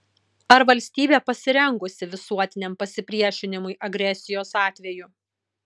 ar valstybė pasirengusi visuotiniam pasipriešinimui agresijos atveju